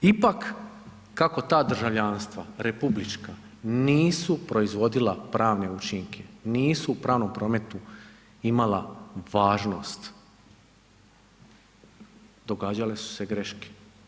Ipak kako ta državljanstva republička nisu proizvodila pravne učinke, nisu u pravnom prometu imala važnost, događale su se greške.